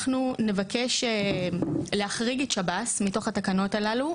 אנחנו נבקש להחריג את שב"ס מתוך התקנות הללו,